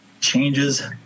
changes